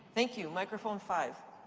thank you. microphone five.